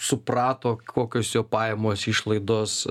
suprato kokios jo pajamos išlaidos